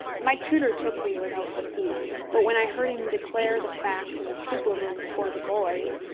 my tutor took me without the fee but when i heard him declare the fact in the pupil-room before the boys,